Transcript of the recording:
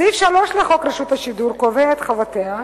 סעיף 3 לחוק רשות השידור קובע את חובותיה: